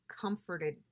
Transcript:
comforted